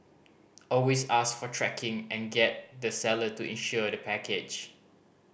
always ask for tracking and get the seller to insure the package